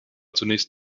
zunächst